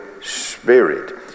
Spirit